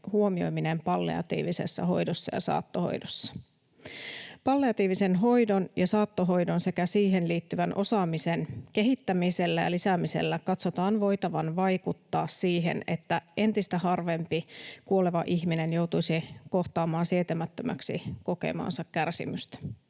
huomioiminen palliatiivisessa hoidossa ja saattohoidossa.” Palliatiivisen hoidon ja saattohoidon sekä siihen liittyvän osaamisen kehittämisellä ja lisäämisellä katsotaan voitavan vaikuttaa siihen, että entistä harvempi kuoleva ihminen joutuisi kohtaamaan sietämättömäksi kokemaansa kärsimystä.